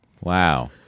Wow